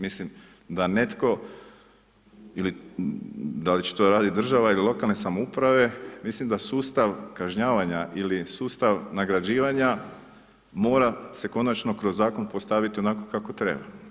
Mislim da netko, ili da li će to raditi država ili lokalne samouprave mislim da sustav kažnjavanja ili sustav nagrađivanja mora se konačno kroz zakon postaviti onako kako treba.